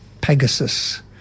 Pegasus